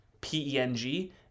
P-E-N-G